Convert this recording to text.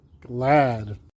glad